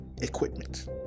equipment